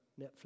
Netflix